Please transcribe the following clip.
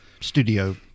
studio